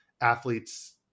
athletes